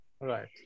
Right